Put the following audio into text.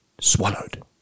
swallowed